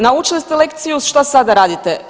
Naučili ste lekciju šta sad da radite.